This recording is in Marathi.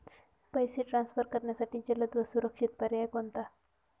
पैसे ट्रान्सफर करण्यासाठी जलद व सुरक्षित पर्याय कोणता?